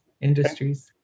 industries